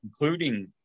including